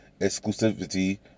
exclusivity